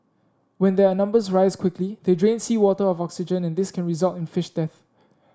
when their numbers rise quickly they drain seawater of oxygen and this can result in fish death